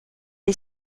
est